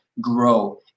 grow